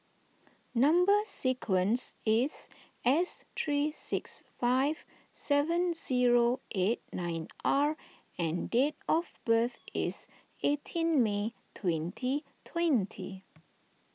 Number Sequence is S three six five seven zero eight nine R and date of birth is eighteen May twenty twenty